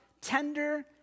tender